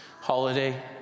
holiday